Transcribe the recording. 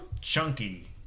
chunky